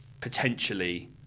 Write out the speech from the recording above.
potentially